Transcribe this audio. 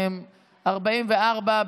חינוך חינם לגיל הרך),